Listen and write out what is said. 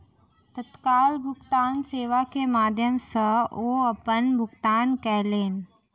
तत्काल भुगतान सेवा के माध्यम सॅ ओ अपन भुगतान कयलैन